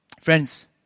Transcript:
Friends